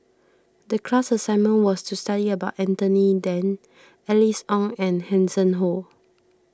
the class assignment was to study about Anthony then Alice Ong and Hanson Ho